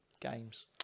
games